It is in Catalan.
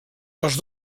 els